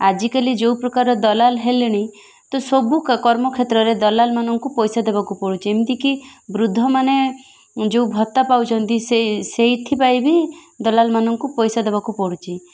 ଆଜିକାଲି ଯେଉଁ ପ୍ରକାର ଦଲାଲ ହେଲେଣି ତ ସବୁ କର୍ମ କ୍ଷେତ୍ରରେ ଦଲାଲମାନଙ୍କୁ ପଇସା ଦେବାକୁ ପଡ଼ୁଛି ଏମିତିକି ବୃଦ୍ଧମାନେ ଯେଉଁ ଭତ୍ତା ପାଉଛନ୍ତି ସେଇଥି ପାଇଁ ବି ଦଲାଲମାନଙ୍କୁ ପଇସା ଦେବାକୁ ପଡ଼ୁଛି